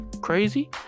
crazy